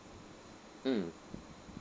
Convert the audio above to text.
mm